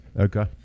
Okay